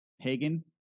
pagan